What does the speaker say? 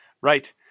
right